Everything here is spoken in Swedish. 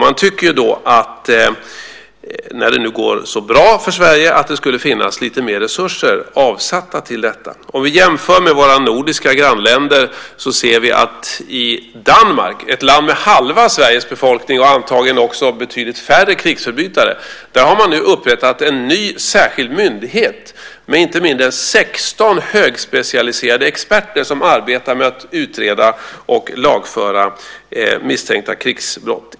Man tycker då, när det nu går så bra för Sverige, att det skulle finnas lite mer resurser avsatta till detta. Om vi jämför med våra nordiska grannländer ser vi att man i Danmark, ett land med halva Sveriges befolkning och antagligen också betydligt färre krigsförbrytare, nu har upprättat en ny särskild myndighet med inte mindre än 16 högspecialiserade experter som arbetar med att utreda och lagföra misstänkta krigsbrott.